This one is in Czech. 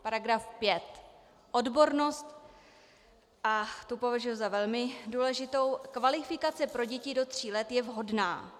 § 5 Odbornost, a tu považuji za velmi důležitou, kvalifikace pro děti do tří let je vhodná.